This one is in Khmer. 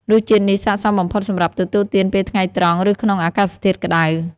រសជាតិនេះស័ក្តិសមបំផុតសម្រាប់ទទួលទានពេលថ្ងៃត្រង់ ឬក្នុងអាកាសធាតុក្តៅ។